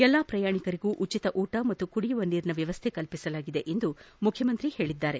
ಎಲ್ಲಾ ಪ್ರಯಾಣಿಕರಿಗೂ ಉಚಿತ ಊಟ ಮತ್ತು ಕುಡಿಯುವ ನೀರಿನ ವ್ಯವಸ್ಥೆ ಕಲ್ಪಿಸಲಾಗಿದೆ ಎಂದು ಮುಖ್ಯಮಂತ್ರಿ ಹೇಳಿದ್ದಾರೆ